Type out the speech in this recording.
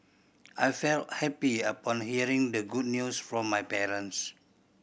I felt happy upon hearing the good news from my parents